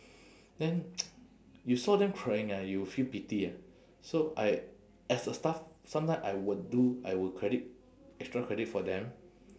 then you saw them crying ah you will feel pity ah so I as a staff sometime I would do I will credit extra credit for them